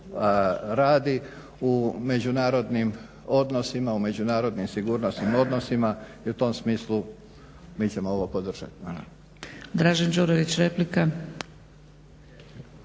radi u međunarodnim odnosima u međunarodnim sigurnosnim odnosima i u tom smislu mi ćemo ovo podržati. Hvala. **Zgrebec, Dragica